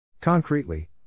Concretely